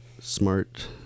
smart